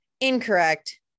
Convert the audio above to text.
Incorrect